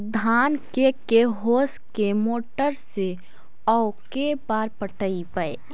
धान के के होंस के मोटर से औ के बार पटइबै?